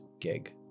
gig